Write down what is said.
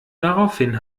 daraufhin